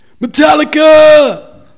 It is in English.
Metallica